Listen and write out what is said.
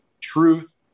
truth